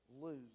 lose